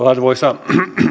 arvoisa